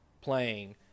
playing